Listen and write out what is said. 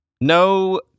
No